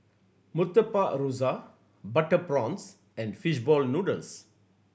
Murtabak Rusa butter prawns and fish ball noodles